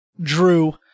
Drew